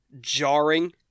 jarring